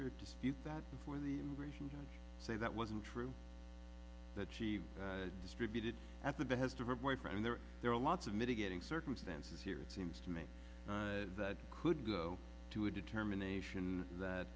or dispute that before the immigration bill say that wasn't true that she distributed at the behest of her boyfriend there there are lots of mitigating circumstances here it seems to me that could go to a determination that